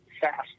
fast